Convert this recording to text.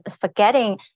forgetting